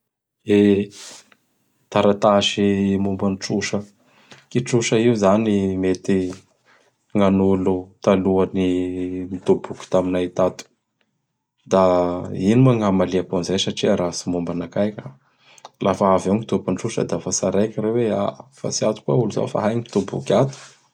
E! Taratasy momban'ny trosa. Ky trosa io izany mety gn'anolo talohan'ny nitoboky taminay tato. Da ino moa gn'amaliako an'izay raha tsy momba anakahy ka. Lafa avy eo gny tompony trosa dafa tsaraiko reo hoe aha fa tsy ato koa olo zao fa ahay mitoboky ato.